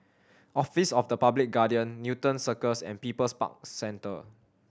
Office of the Public Guardian Newton Circus and People's Park Centre